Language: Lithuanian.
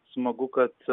smagu kad